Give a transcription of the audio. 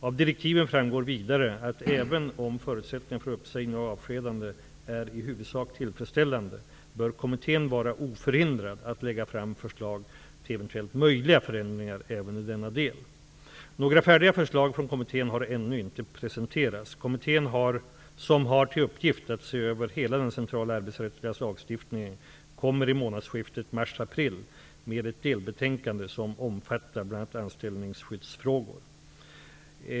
Av direktiven framgår vidare att även om förutsättningarna för uppsägning och avskedande är i huvudsak tillfredsställande bör kommittén vara oförhindrad att lägga fram förslag till eventuellt möjliga förändringar även i denna del. Några färdiga förslag från kommittén har ännu inte presenterats. Kommittén, som har till uppgift att se över hela den centrala arbetsrättsliga lagstiftningen, kommer i månadsskiftet mars/april med ett delbetänkande som omfattar bl.a. anställningsskyddsfrågor.